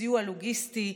סיוע לוגיסטי,